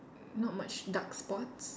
not much dark spots